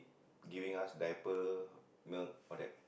giving us diaper you know all that